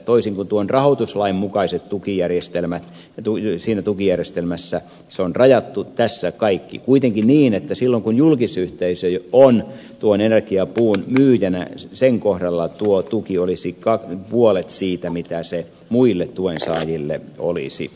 toisin kuin tuon rahoituslain mukaisissa tukijärjestelmissä siinä tukijärjestelmässä se on rajattu tässä kaikki kuitenkin niin että silloin kun julkisyhteisö on tuon energiapuun myyjänä sen kohdalla tuo tuki olisi puolet siitä mitä se muille tuensaajille olisi